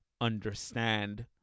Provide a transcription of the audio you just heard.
understand